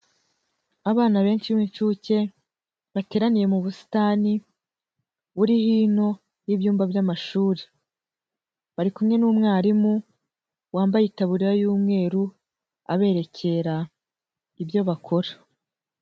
Abana benshi b'incuke, bateraniye mu busitani, buri hino y'ibyumba by'amashuri. Bari kumwe n'umwarimu wambaye taburiya y'umweru, aberekera ibyo bakora.